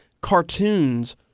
cartoons